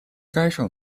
该省